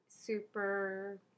Super